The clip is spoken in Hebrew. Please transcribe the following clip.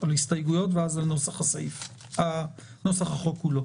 על ההסתייגויות ואז על נוסח החוק כולו.